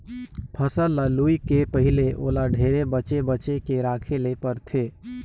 फसल ल लूए के पहिले ओला ढेरे बचे बचे के राखे ले परथे